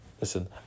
Listen